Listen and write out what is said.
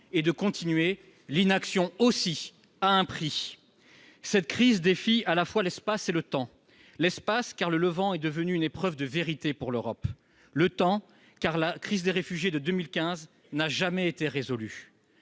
Et de continuer :« L'inaction aussi a un prix ...» Cette crise défie à la fois l'espace et le temps. L'espace, car le Levant est devenu une épreuve de vérité pour l'Europe. Le temps, car la crise des réfugiés de 2015 n'a jamais été résolue.